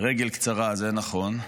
רגל קצרה, זה נכון,